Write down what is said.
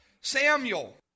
Samuel